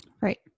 Right